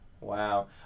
Wow